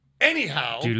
Anyhow. (